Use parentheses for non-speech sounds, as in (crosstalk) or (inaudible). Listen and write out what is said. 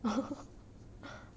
(laughs)